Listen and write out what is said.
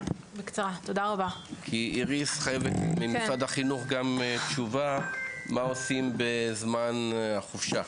כי איריס ממשרד החינוך חייבת גם תשובה מה עושים בזמן החופשה.